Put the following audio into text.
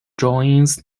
drawings